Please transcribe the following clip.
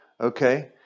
Okay